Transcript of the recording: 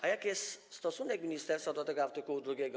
A jaki jest stosunek ministerstwa do tego art. 2?